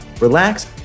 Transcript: relax